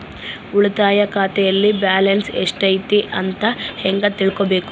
ಉಳಿತಾಯ ಖಾತೆಯಲ್ಲಿ ಬ್ಯಾಲೆನ್ಸ್ ಎಷ್ಟೈತಿ ಅಂತ ಹೆಂಗ ತಿಳ್ಕೊಬೇಕು?